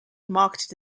marketed